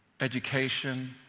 education